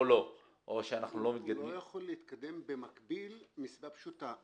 לא --- הוא לא יכול להתקדם במקביל מסיבה פשוטה,